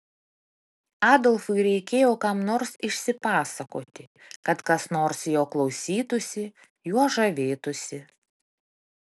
adolfui reikėjo kam nors išsipasakoti kad kas nors jo klausytųsi juo žavėtųsi